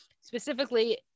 specifically